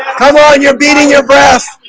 come on, you're beating your breast